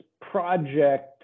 project